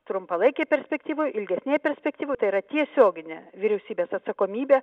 trumpalaikėj perspektyvoj ilgesnėj perspektyvoj tai yra tiesioginė vyriausybės atsakomybė